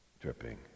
dripping